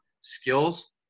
skills